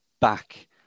back